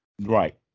right